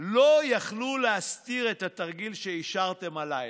לא יכלו להסתיר את התרגיל שאישרתם הלילה,